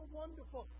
wonderful